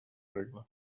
regla